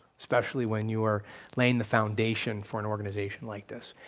especially when you are laying the foundation for an organization like this.